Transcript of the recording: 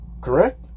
Correct